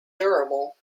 durable